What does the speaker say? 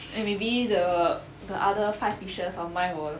and maybe the the other five fishes of mine will